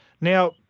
Now